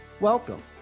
Welcome